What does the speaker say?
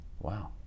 Wow